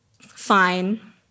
fine